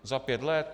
Za pět let?